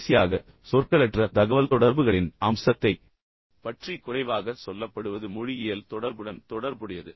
கடைசியாக சொற்களற்ற தகவல்தொடர்புகளின் அம்சத்தைப் பற்றி குறைவாகச் சொல்லப்படுவது மொழியியல் தொடர்புடன் தொடர்புடையது